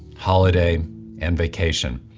holiday and vacation.